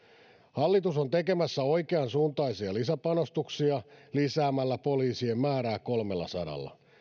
hallitus on tekemässä oikeansuuntaisia lisäpanostuksia lisäämällä poliisien määrää kolmellasadalla